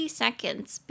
seconds